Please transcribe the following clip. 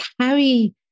carry